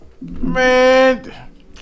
man